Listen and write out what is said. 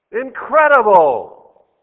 Incredible